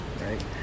Right